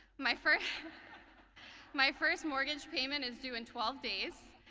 my first my first mortgage payment is due in twelve days,